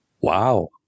Wow